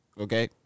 Okay